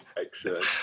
excellent